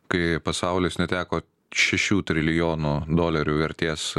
kai pasaulis neteko šešių trilijonų dolerių vertės